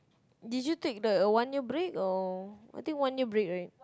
did you take the a one year break or I think one year break right